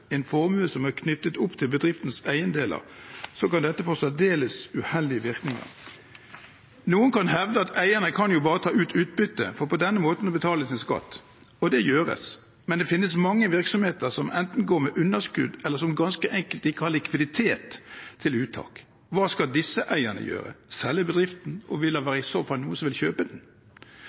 en formue som er knyttet opp til bedriftens eiendeler, kan det få særdeles uheldige virkninger. Noen kan hevde at eierne bare kan ta ut utbytte for på den måten å betale sin skatt, og det gjøres, men det finnes mange virksomheter som enten går med underskudd, eller som ganske enkelt ikke har likviditet til uttak. Hva skal disse eierne gjøre? Selge bedriften – og vil det i så fall være noen som vil kjøpe den?